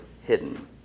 hidden